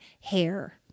hair